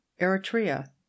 Eritrea